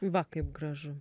va kaip gražu